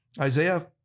Isaiah